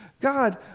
God